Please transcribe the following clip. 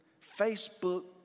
Facebook